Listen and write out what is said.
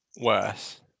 Worse